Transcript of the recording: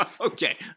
Okay